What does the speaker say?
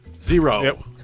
Zero